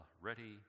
ready